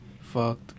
Fucked